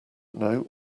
know